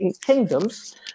kingdoms